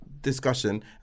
discussion